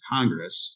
Congress